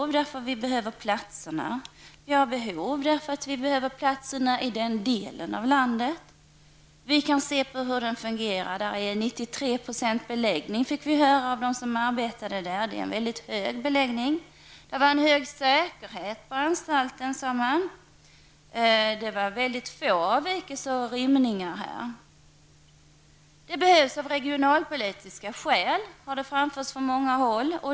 Vi behöver platserna, och vi behöver de platserna i den delen av landet. Det är 93 % beläggning vid anstalten, fick vi höra av dem som arbetar där. Det är en väldigt hög beläggning. Det är en stor säkerhet på anstalten, sade man. Det var få avvikelser och rymningar därifrån. Anstalten behövs av regionalpolitiska skäl, har det framförts från olika håll.